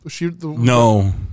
No